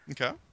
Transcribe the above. Okay